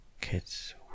kids